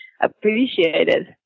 appreciated